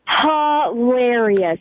Hilarious